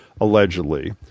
allegedly